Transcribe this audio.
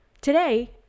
Today